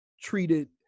treated